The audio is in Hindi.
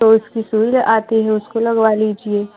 तो उसकी सुई आती है उसको लगवा लीजिए